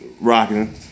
rocking